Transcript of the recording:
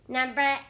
Number